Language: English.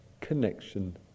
connection